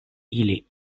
ili